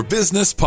Business